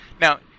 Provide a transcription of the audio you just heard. Now